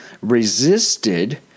resisted